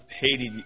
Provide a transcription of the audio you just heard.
Haiti